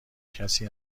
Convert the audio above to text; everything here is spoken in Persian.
کسی